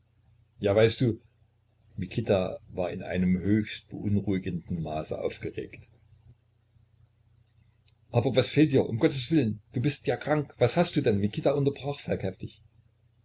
ja weißt du mikita war in einem höchst beunruhigenden maße aufgeregt aber was fehlt dir um gotteswillen du bist ja krank was hast du denn mikita unterbrach